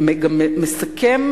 מסכם